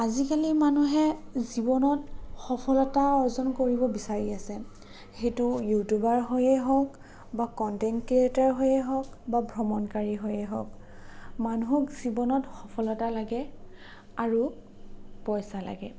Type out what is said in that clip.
আজিকালি মানুহে জীৱনত সফলতা অৰ্জন কৰিব বিচাৰি আছে সেইটো ইউটিউবাৰ হৈয়ে হওক বা কনটেণ্ট ক্ৰিয়েটৰ হৈয়ে হওক বা ভ্ৰমণকাৰী হৈয়ে হওক মানুহক জীৱনত সফলতা লাগে আৰু পইচা লাগে